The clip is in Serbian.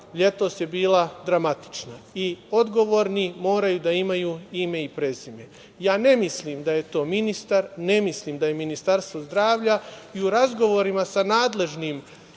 letos je bila dramatična i odgovorni moraju da imaju ime i prezime. Ja ne mislim da je to ministar, ne mislim da je Ministarstvo zdravlja i u razgovorima sa nadležnim